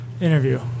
interview